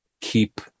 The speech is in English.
keep